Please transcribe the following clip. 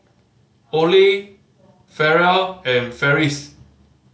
Olie Farrell and Ferris